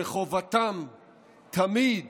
שחובתם תמיד